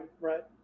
right